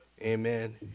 Amen